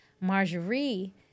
Marjorie